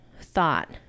thought